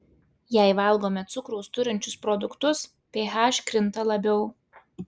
jei valgome cukraus turinčius produktus ph krinta labiau